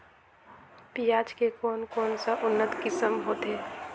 पियाज के कोन कोन सा उन्नत किसम होथे?